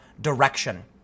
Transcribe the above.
direction